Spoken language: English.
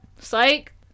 Psych